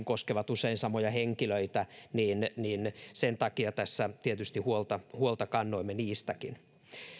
koskevat usein samoja henkilöitä ja sen takia tässä tietysti huolta huolta kannoimme niistäkin